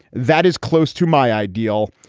that is close to my ideal.